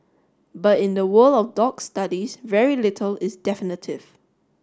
but in the world of dog studies very little is definitive